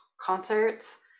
concerts